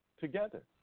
Together